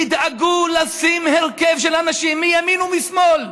תדאגו לשים הרכב של אנשים, מימין ומשמאל,